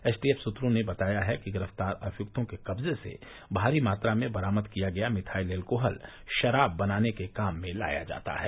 STF सूत्रों ने बताया है कि गिरफ़्तार अभियुक्तों के कब्ज़े से भारी मात्रा में बरामद किया गया मिथाइल एल्कोहल शराब बनाने के काम में लाया जाता है